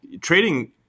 Trading